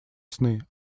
сны